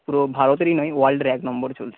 পুরো ভারতেরই নয় ওয়ার্ল্ডের এক নম্বর চলছে